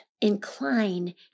incline